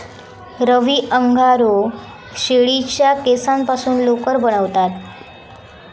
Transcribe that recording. रवी angora शेळीच्या केसांपासून लोकर बनवता